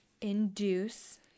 induce